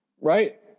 right